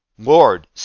Lord